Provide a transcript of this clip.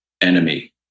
enemy